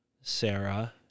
Sarah